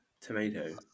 Tomato